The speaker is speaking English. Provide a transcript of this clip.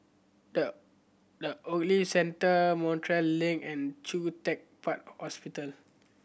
the The Ogilvy Centre Montreal Link and Choo Teck Puat Hospital